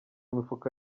imifuka